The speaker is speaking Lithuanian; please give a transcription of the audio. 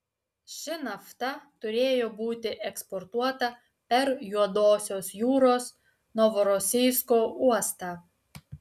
ši nafta turėjo būti eksportuota per juodosios jūros novorosijsko uostą